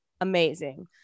amazing